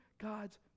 God's